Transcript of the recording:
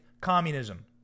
communism